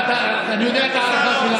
אני יודע את ההערכה שלך.